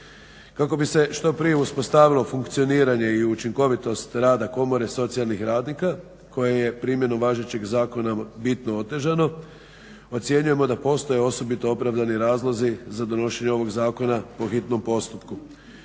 Kako bi se što prije uspostavilo funkcioniranje i učinkovitost rada Komore socijalnih radnika koje je primjenu važećeg zakona bitno otežano ocjenjujemo da postoje osobito opravdani razlozi za donošenje ovog zakona po hitnom postupku.